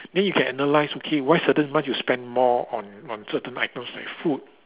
then you can analye okay why certain month you spend more on on certain items like food